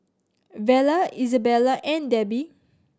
Vella Isabella and Debbi